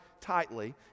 tightly